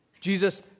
Jesus